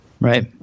Right